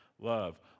Love